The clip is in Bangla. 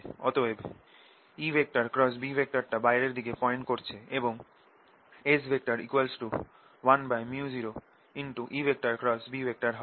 অতএব EB টা বাইরের দিকে পয়েন্ট করছে এবং S 1µ0EB হবে